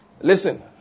Listen